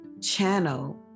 channel